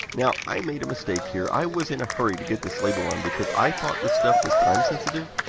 now, i made a mistake here. i was in a hurry to get this label on because i thought this stuff was time sensitive.